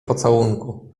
pocałunku